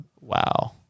wow